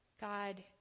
God